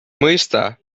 mõista